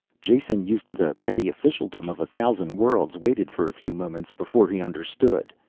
jason, used to the petty officialdom of a thousand worlds, waited for a few moments before he understood.